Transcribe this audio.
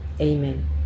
Amen